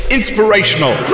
Inspirational